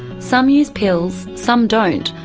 some use pills, some don't,